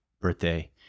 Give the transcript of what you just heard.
birthday